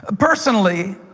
ah personally,